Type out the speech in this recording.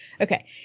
Okay